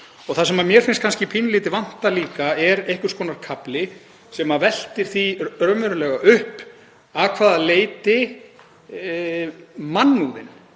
Það sem mér finnst kannski vanta líka er einhvers konar kafli sem veltir því raunverulega upp að hvaða leyti mannúðin